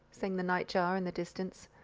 sang the nightjar in the distance.